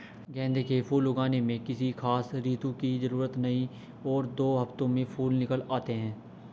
गेंदे के फूल उगाने में किसी खास ऋतू की जरूरत नहीं और दो हफ्तों में फूल निकल आते हैं